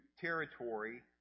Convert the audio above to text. territory